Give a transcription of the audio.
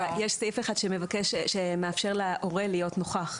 יש סעיף אחד שמאפשר להורה להיות נוכח.